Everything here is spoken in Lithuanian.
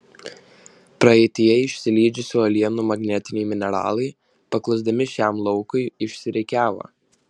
praeityje išsilydžiusių uolienų magnetiniai mineralai paklusdami šiam laukui išsirikiavo